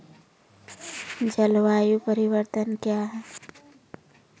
जलवायु परिवर्तन कया हैं?